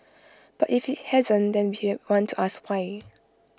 but if IT hasn't then we want to ask why